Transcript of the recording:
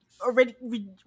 Already